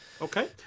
Okay